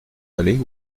aller